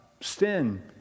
sin